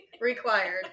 required